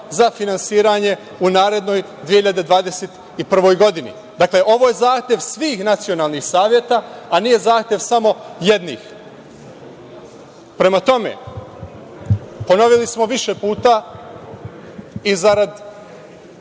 za finansiranje u narednoj 2021. godini. Dakle, ovo je zahtev svih nacionalnih saveta, a ne zahtev samo jednih. Prema tome, ponovili smo više puta i zarad